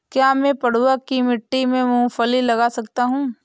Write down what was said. क्या मैं पडुआ की मिट्टी में मूँगफली लगा सकता हूँ?